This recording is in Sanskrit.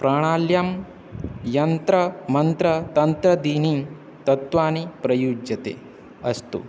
प्राणाल्यां यन्त्रमन्त्रतन्त्रादीनि तत्वानि प्रयुज्यते अस्तु